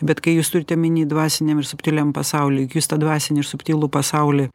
bet kai jūs turit omeny dvasiniam ir subtiliam pasauly jūs tą dvasinį ir subtilų pasaulį